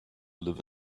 live